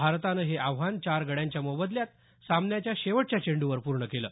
भारतानं हे आव्हान चार गड्याच्या मोबदल्यात सामन्याच्या शेवटच्या चेंडूवर पूर्ण केलं